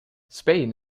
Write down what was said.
spain